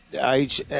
age